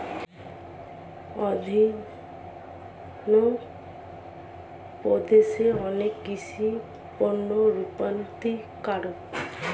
অন্ধ্রপ্রদেশ অনেক কৃষি পণ্যের রপ্তানিকারক